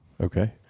Okay